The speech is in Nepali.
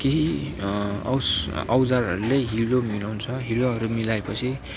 केही औस औजारहरूले हिलो मिलाउँछ हिलोहरू मिलाएपछि